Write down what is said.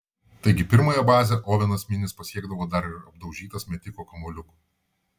taigi pirmąją bazę ovenas minis pasiekdavo dar ir apdaužytas metiko kamuoliukų